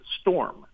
storm